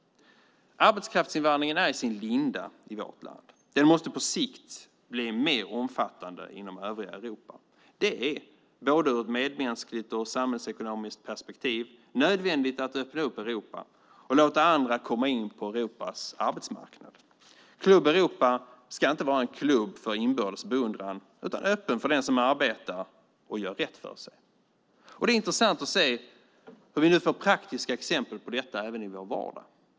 Arbetskraftsinvandringen är i sin linda i vårt land. Den måste på sikt bli mer omfattande inom övriga Europa. Det är både ur ett medmänskligt och samhällsekonomiskt perspektiv nödvändigt att öppna upp Europa och låta andra komma in på Europas arbetsmarknad. Klubb Europa ska inte vara en klubb för inbördes beundran. Den ska vara öppen för den som arbetar och gör rätt för sig. Det är intressant att se hur vi nu får praktiska exempel på detta även i vår vardag.